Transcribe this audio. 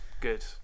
good